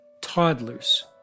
toddlers